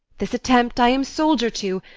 this attempt i am soldier to,